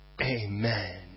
Amen